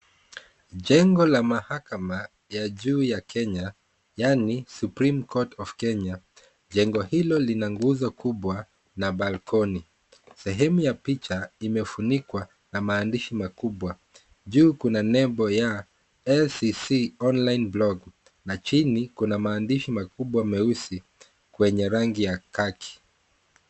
Jengo la mahakama ya juu ya Kenya, yaani Supreme Court Of Kenya. Jengo hilo lina nguzo kubwa na balcony . Sehemu ya picha imefunikwa na maandishi makubwa. Juu kuna nembo ya SCC online blog na chini kuna maandishi makubwa meusi kwenye rangi ya kaki .